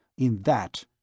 in that?